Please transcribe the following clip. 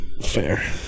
Fair